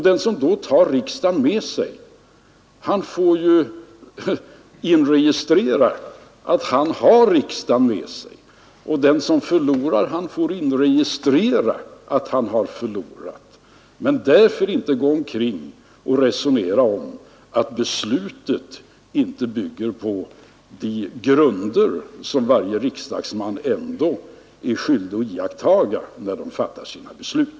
Den som då får riksdagen med sig kan inregistrera att han har riksdagen med sig, och den som förlorar kan inregistrera att han har förlorat. Men förloraren får inte gå omkring och påstå att beslutet inte bygger på de grunder som varje riksdagsman ändå är skyldig att iaktta när han fattar sina beslut.